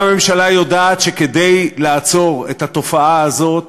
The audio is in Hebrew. גם הממשלה יודעת שכדי לעצור את התופעה הזאת